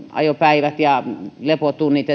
ajopäivät ja lepotunnit